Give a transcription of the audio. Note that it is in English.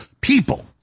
people